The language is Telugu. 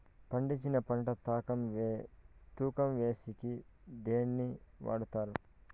పండించిన పంట తూకం వేసేకి దేన్ని వాడతారు?